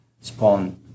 Spawn